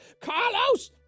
Carlos